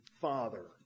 father